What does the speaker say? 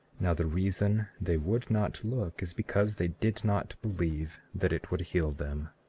now the reason they would not look is because they did not believe that it would heal them.